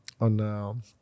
on